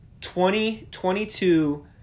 2022